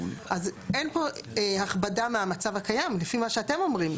אין פה הכבדה מהמצב הקיים לפי מה שאתם אומרים,